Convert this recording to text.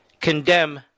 condemn